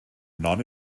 non